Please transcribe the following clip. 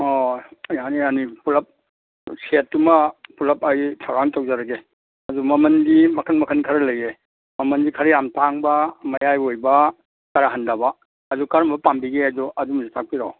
ꯑꯣ ꯌꯥꯅꯤ ꯌꯥꯅꯤ ꯄꯨꯂꯞ ꯁꯦꯠꯇꯨꯃ ꯄꯨꯂꯞ ꯑꯩ ꯊꯧꯔꯥꯡ ꯇꯧꯖꯔꯒꯦ ꯑꯗꯨ ꯃꯃꯟꯗꯤ ꯃꯈꯟ ꯃꯈꯟ ꯈꯔ ꯂꯩꯌꯦ ꯃꯃꯟꯗꯤ ꯈꯔ ꯌꯥꯝ ꯇꯥꯡꯕ ꯃꯌꯥꯏ ꯑꯣꯏꯕ ꯈꯔ ꯍꯟꯗꯕ ꯑꯗꯨ ꯀꯔꯝꯕ ꯄꯥꯝꯕꯤꯒꯦ ꯑꯗꯨ ꯑꯗꯨꯃꯁꯨ ꯇꯥꯛꯄꯤꯔꯣ